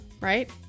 right